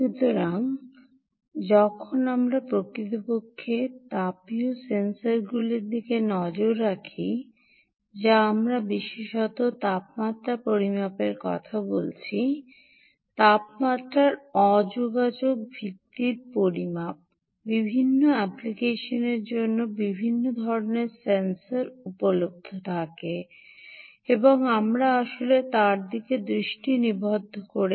সুতরাং যখন আমরা প্রকৃতপক্ষে তাপীয় সেন্সরগুলির দিকে নজর রাখি যা আমরা বিশেষত তাপমাত্রা পরিমাপের কথা বলছি তাপমাত্রার অ যোগাযোগ ভিত্তিক পরিমাপ বিভিন্ন অ্যাপ্লিকেশনের জন্য বিভিন্ন ধরণের সেন্সর উপলব্ধ থাকে এবং আমরা আসলে তার দিকে দৃষ্টি নিবদ্ধ করি